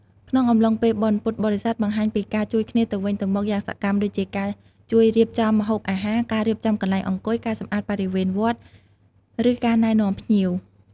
ក្នុងអំឡុងពេលបុណ្យ ពុទ្ធបរិស័ទបង្ហាញពីការជួយគ្នាទៅវិញទៅមកយ៉ាងសកម្ម ដូចជាការជួយរៀបចំម្ហូបអាហារ ការរៀបចំកន្លែងអង្គុយ ការសម្អាតបរិវេណវត្ត ឬការណែនាំភ្ញៀវ។